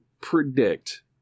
predict